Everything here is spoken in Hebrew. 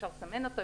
אפשר לסמן אותו,